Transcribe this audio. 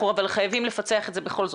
אבל אנחנו חייבים לפצח את זה בכל זאת,